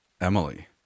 Emily